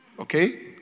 Okay